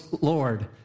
Lord